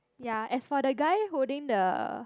ya as for the guy holding the